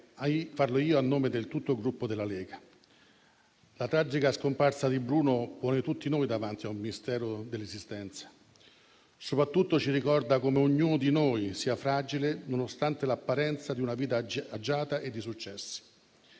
fare io a nome di tutto il Gruppo Lega. La tragica scomparsa di Bruno pone tutti noi davanti a un mistero dell'esistenza; soprattutto ci ricorda come ognuno di noi sia fragile nonostante l'apparenza di una vita agiata e di successo.